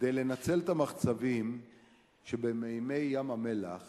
כדי לנצל את המחצבים שבמימי ים-המלח